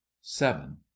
seven